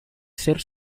ser